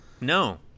No